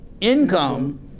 income